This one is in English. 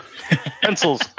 Pencils